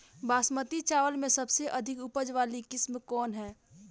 बासमती चावल में सबसे अधिक उपज वाली किस्म कौन है?